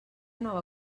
nova